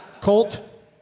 Colt